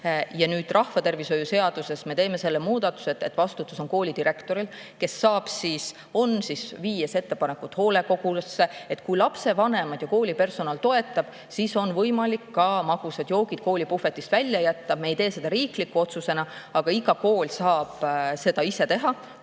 Rahvatervishoiu seaduses me teeme muudatuse, et vastutus on koolidirektoril, kes saab näiteks viia ettepaneku hoolekogusse. Kui lapsevanemad ja kooli personal seda toetavad, siis on võimalik ka magusad joogid koolipuhvetist välja jätta. Me ei tee seda riikliku otsusena, aga iga kool saab seda ise teha,